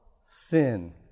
sin